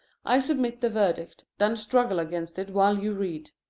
i submit the verdict, then struggle against it while you read.